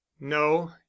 no